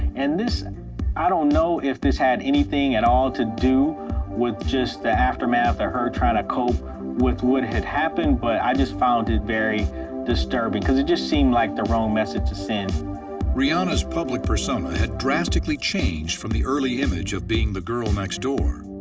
and this i don't know if this had anything at all to do with just the aftermath of her trying to cope with what had happened, but i just found it very disturbing, because it just seemed like the wrong message to send. narrator rihanna's public persona had drastically changed from the early image of being the girl next door.